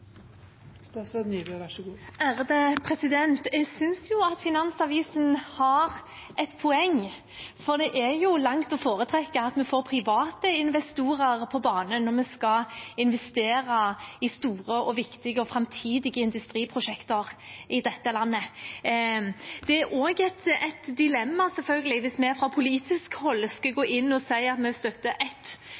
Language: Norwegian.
jo langt å foretrekke at vi får private investorer på banen når vi skal investere i store, viktige og framtidige industriprosjekter i dette landet. Det er selvfølgelig også et dilemma hvis vi fra politisk hold skulle gå inn og si at vi støtter ett